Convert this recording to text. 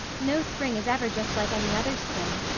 no spring is ever just like any other spring.